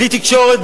בלי תקשורת,